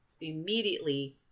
immediately